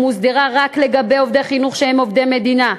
הוסדרה רק לגבי עובדי חינוך שהם עובדי מדינה,